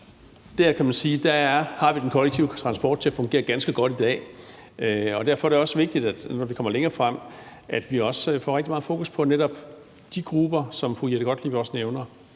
Der kan man sige, at vi har den kollektive transport, som fungerer rigtig godt i dag. Derfor er det også vigtigt, at vi, når vi kommer længere frem, også får rigtig meget fokus på netop de grupper, som fru Jette Gottlieb også nævner: